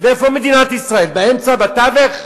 ואיפה מדינת ישראל, באמצע, בתווך?